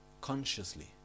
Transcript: consciously